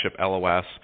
LOS